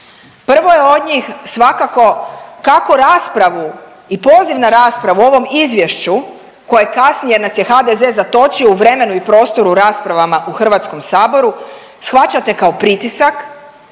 Prvo je od njih svakako kako raspravu i poziv na raspravu o ovom Izvješću koje kasni, jer nas je HDZ-e zatočio u vremenu i prostoru raspravama u Hrvatskom saboru shvaćate kao pritisak,